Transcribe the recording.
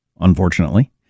unfortunately